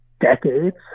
decades